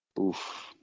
Oof